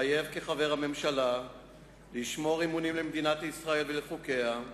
מתחייב כחבר הממשלה לשמור אמונים למדינת ישראל ולחוקיה,